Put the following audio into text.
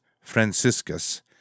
Franciscus